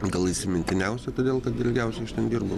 gal įsimintiniausia todėl kad ilgiausiai iš ten dirbau